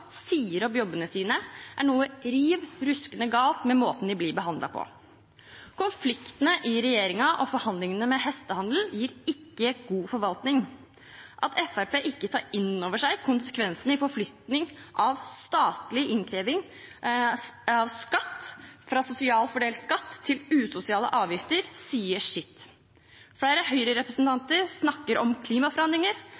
sier opp jobbene sine, er noe riv ruskende galt med måten de blir behandlet på. Konfliktene i regjeringen og forhandlingene med hestehandel gir ikke god forvaltning. At Fremskrittspartiet ikke tar inn over seg konsekvensene av forflytting av statlig innkreving fra sosialt fordelt skatt til usosiale avgifter, sier sitt. Flere